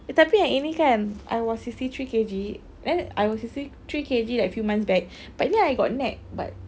eh tapi yang ini kan I was sixty three K_G then I was sixty three K_G like few months back but then I got neck but